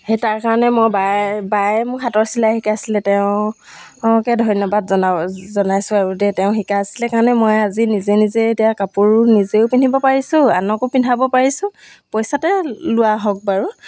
সেই তাৰ কাৰণে মই বায়ে বায়ে মোক হাতৰ চিলাই শিকাইছিলে তেওঁকে ধন্যবাদ জনাব জনাইছোঁ আৰু দেই তেওঁ শিকাইছিলে কাৰণে মই আজি নিজে নিজে এতিয়া কাপোৰ নিজেও পিন্ধিব পাৰিছোঁ আনকো পিন্ধাব পাৰিছোঁ পইচাতে লোৱা হওক বাৰু